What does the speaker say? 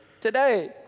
today